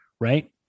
Right